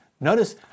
Notice